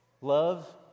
Love